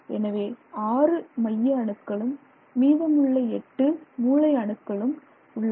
எனவே 6 மைய அணுக்களும் மீதமுள்ள 8 மூலை அணுக்களும் உள்ளன